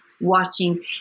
watching